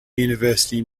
university